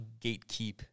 gatekeep